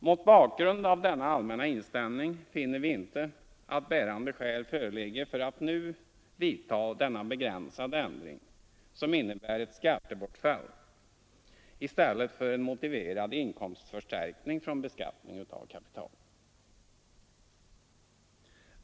Mot bakgrund av denna allmänna inställning finner vi inte att bärande skäl föreligger för att nu vidtaga denna begränsade ändring, som innebär ett skattebortfall, i stället för en motiverad inkomstförstärkning från beskattning av kapital.